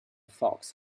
fox